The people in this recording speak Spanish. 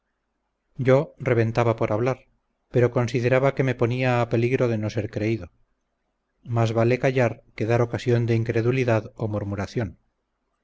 yo reventaba por hablar pero consideraba que me ponía a peligro de no ser creído más vale callar que dar ocasión de incredulidad o